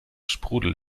sprudel